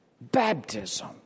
Baptism